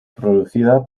producida